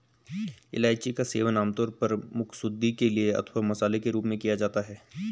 इलायची का सेवन आमतौर पर मुखशुद्धि के लिए अथवा मसाले के रूप में किया जाता है